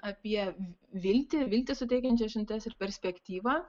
apie viltį viltį suteikiančias žinutes ir perspektyvą